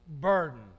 burden